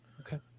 okay